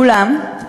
אולם,